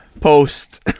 Post